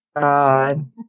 God